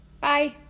bye